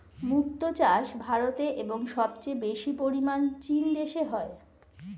মুক্ত চাষ ভারতে এবং সবচেয়ে বেশি পরিমাণ চীন দেশে হয়